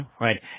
Right